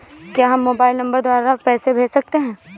क्या हम mobile number द्वारा पैसे भेज सकते हैं?